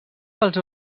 pels